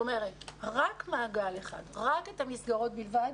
רק מעגל אחד, רק את המסגרות בלבד,